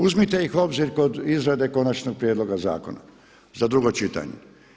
Uzmite ih u obzir kod izrade konačnog prijedloga zakona za drugo čitanje.